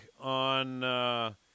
on